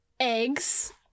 eggs